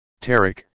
Tarek